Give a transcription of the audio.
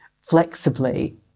flexibly